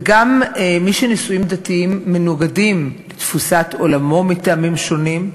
וגם מי שנישואים דתיים מנוגדים לתפיסת עולמם מטעמים שונים,